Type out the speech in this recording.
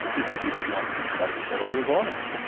because he did not suspect that i was on it.